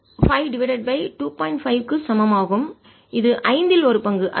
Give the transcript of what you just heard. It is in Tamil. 5 க்கு சமம் ஆகும் இது ஐந்தில் ஒரு பங்கு அதாவது 15 ஆகும்